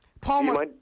Paul